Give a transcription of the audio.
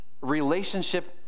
relationship